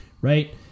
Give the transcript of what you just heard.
Right